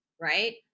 right